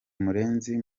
murenzi